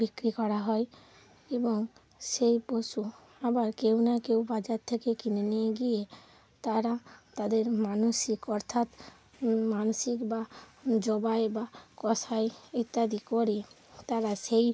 বিক্রি করা হয় এবং সেই পশু আবার কেউ না কেউ বাজার থেকে কিনে নিয়ে গিয়ে তারা তাদের মানসিক অর্থাৎ মানসিক বা জবাই বা কসাই ইত্যাদি করে তারা সেই